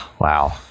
wow